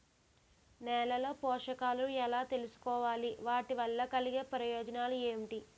నేలలో పోషకాలను ఎలా తెలుసుకోవాలి? వాటి వల్ల కలిగే ప్రయోజనాలు ఏంటి?